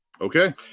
Okay